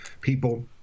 people